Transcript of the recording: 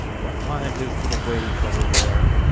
don't mind his little ways, brother ware,